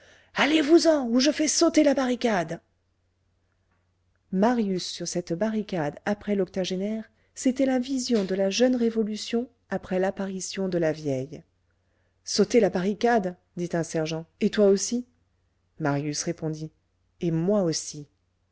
allez-vous-en ou je fais sauter la barricade marius sur cette barricade après l'octogénaire c'était la vision de la jeune révolution après l'apparition de la vieille sauter la barricade dit un sergent et toi aussi marius répondit et moi aussi